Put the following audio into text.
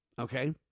Okay